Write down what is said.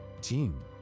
team